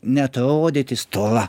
neatrodyti stora